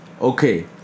okay